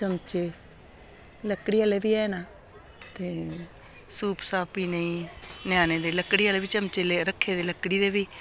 चमचे लकड़ी आह्ले बी हैन ते सूप साप पीने गी ञ्याने दे लकड़ी आह्ले बी चमचे रक्खे दे लकड़ी दे बी